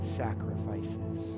sacrifices